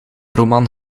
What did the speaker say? roman